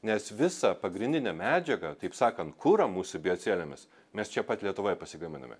nes visą pagrindinę medžiagą taip sakant kurą mūsų biocelėmis mes čia pat lietuvoje pasigaminame